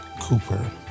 Cooper